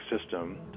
system